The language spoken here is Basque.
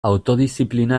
autodiziplina